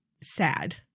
sad